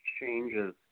changes